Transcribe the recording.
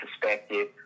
perspective